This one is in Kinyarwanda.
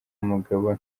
mugabo